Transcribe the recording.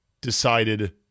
decided